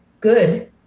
good